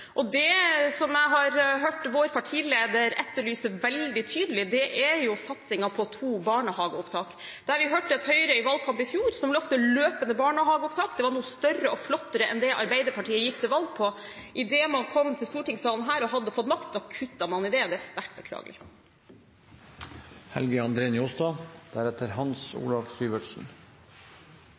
årene framover. Det jeg har hørt vår partileder etterlyse veldig tydelig, er satsingen på to barnehageopptak. Her hørte vi i valgkampen i fjor et Høyre som lovte løpende barnehageopptak – større og flottere enn det Arbeiderpartiet gikk til valg på. Idet man kom til stortingssalen og hadde fått makt, kuttet man i det. Det er sterkt beklagelig.